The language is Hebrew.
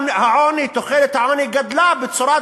תחולת העוני גדלה בצורה דרמטית,